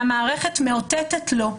והמערכת מאותתת לו,